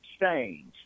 change